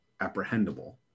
apprehendable